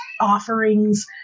offerings